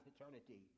eternity